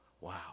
wow